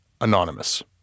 anonymous